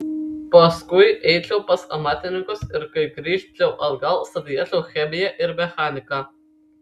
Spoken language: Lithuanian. paskui eičiau pas amatininkus ir kai grįžčiau atgal studijuočiau chemiją ir mechaniką